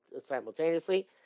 simultaneously